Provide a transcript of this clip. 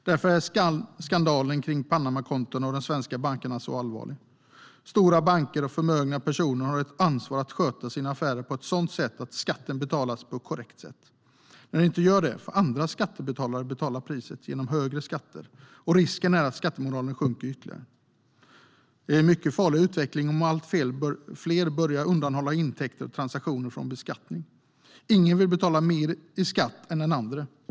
Därför är skandalen med Panamakontona och de svenska bankerna så allvarlig. Stora banker och förmögna personer har ett ansvar att sköta sina affärer på ett sådant sätt att skatten betalas på korrekt sätt. När de inte gör det får andra skattebetalare betala priset genom högre skatter, och risken är att skattemoralen sjunker ytterligare. Det är en mycket farlig utveckling om allt fler börjar undanhålla intäkter och transaktioner från beskattning. Ingen vill betala mer i skatt än den andre.